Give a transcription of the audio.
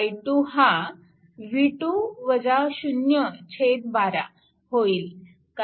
त्यामुळे i2 हा 12 होईल